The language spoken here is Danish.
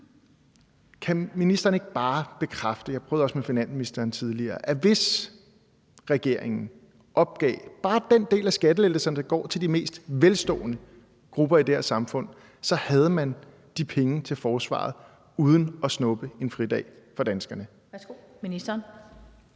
finansministeren tidligere – at hvis regeringen opgav bare den del af skattelettelserne, der går til de mest velstående grupper i de her samfund, havde man de penge til forsvaret uden at snuppe en fridag fra danskerne?